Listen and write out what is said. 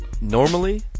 Normally